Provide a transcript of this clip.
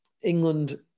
England